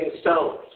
stones